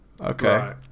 Okay